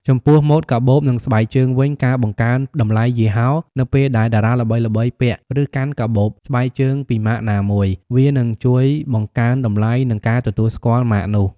ចំពោះម៉ូតកាបូប និងស្បែកជើងវិញការបង្កើនតម្លៃយីហោនៅពេលដែលតារាល្បីៗពាក់ ឬកាន់កាបូប ស្បែកជើងពីម៉ាកណាមួយ វានឹងជួយបង្កើនតម្លៃ និងការទទួលស្គាល់ម៉ាកនោះ។